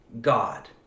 God